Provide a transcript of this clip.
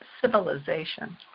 civilization